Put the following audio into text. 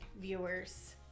viewers